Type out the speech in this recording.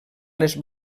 les